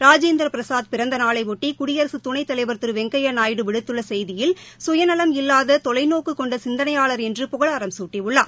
ராஜேந்திரபிரசாத் பிறந்த நாளையொட்டி குடியரசுத் துணைத்தலைவா் திரு வெங்கையா நாயுடு விடுத்துள்ள செய்தியில் சுயலம் இல்வாத தொவைநோக்கு கொண்ட சிந்தனையாளர் என்று புகழாரம் குட்டியுள்ளார்